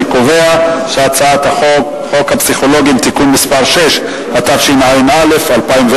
חוק הפסיכולוגים (תיקון מס' 6), התשע"א 2010,